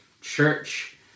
Church